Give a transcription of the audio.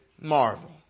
marvel